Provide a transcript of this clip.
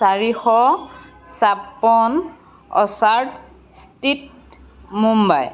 চাৰিশ ছাপন্ন orchard street Mumbai